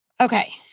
Okay